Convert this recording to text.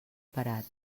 parat